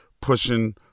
pushing